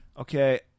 Okay